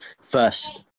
first